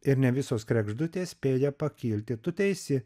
ir ne visos kregždutės spėja pakilti tu teisi